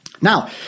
Now